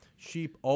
Sheep